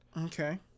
Okay